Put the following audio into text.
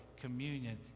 communion